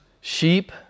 sheep